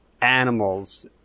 animals